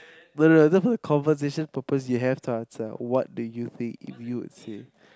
no no no for conversation purposes you have to answer what do you think you would say